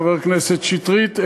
חבר הכנסת שטרית,